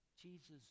Jesus